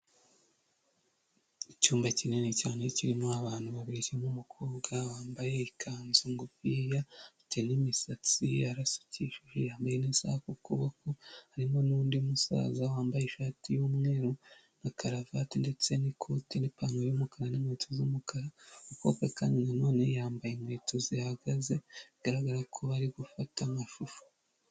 Icyumba kinini cyane kirimo abantu babiri, kirimo umukobwa wambaye ikanzu ngufiya, afite n'imisatsi yarasukishije, yambaye n'isaha ku kuboko, harimo n'undi musaza wambaye ishati y'umweru na karavati ndetse n'ikoti n'ipantaro y'umukara n'inkweto z'umukara, umukobwa kandi na none yambaye inkweto zihagaze, bigaragara ko bari gufata amashusho.